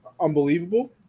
unbelievable